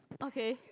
okay